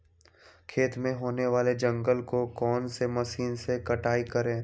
खेत में होने वाले जंगल को कौन से मशीन से कटाई करें?